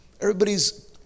Everybody's